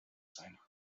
sein